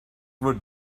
would